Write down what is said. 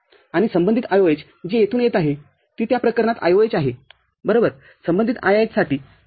आणि संबंधित IOH जी येथून येत आहे जी त्या प्रकरणात IOH आहे बरोबरसंबंधित IIH साठी ठीक आहे